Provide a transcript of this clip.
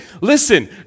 listen